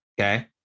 Okay